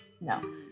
No